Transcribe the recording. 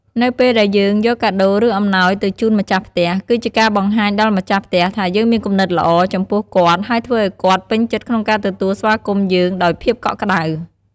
នៅពេលដែលយើងយកកាដូរឬអំណោយទៅជូនម្ចាស់ផ្ទះ គឺជាការបង្ហាញដល់ម្ចាស់ផ្ទះថាយើងមានគំនិតល្អចំពោះគាត់ហើយធ្វើឲ្យគាត់ពេញចិត្តក្នុងការទទួលស្វាគមន៏យើងដោយភាពកក់ក្តៅ។